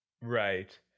Right